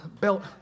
belt